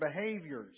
behaviors